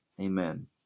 Amen